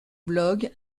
blogs